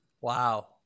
wow